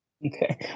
Okay